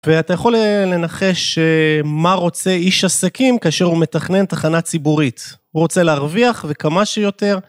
ואתה יכול לנחש מה רוצה איש עסקים כאשר הוא מתכנן תחנה ציבורית. הוא רוצה להרוויח וכמה שיותר.